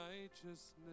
righteousness